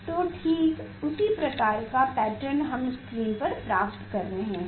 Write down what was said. तो ठीक उसी प्रकार का पैटर्न हम स्क्रीन पर प्राप्त कर रहे हैं